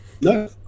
no